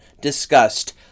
discussed